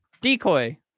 Decoy